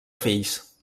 fills